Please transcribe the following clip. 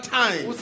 time